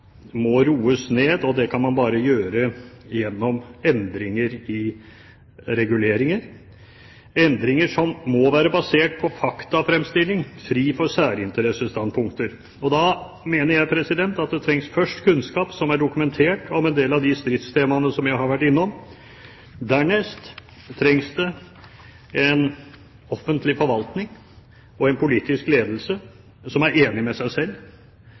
roes ned. Det kan man bare gjøre gjennom endringer i reguleringer – endringer som må være basert på faktafremstilling og fri for særinteressestandpunkter. Da mener jeg det først trengs kunnskap, som er dokumentert, om en del av de stridstemaene som jeg har vært innom. Dernest trengs det en offentlig forvaltning og en politisk ledelse som er enig med seg selv.